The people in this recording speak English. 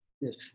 Yes